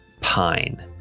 Pine